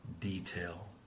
detail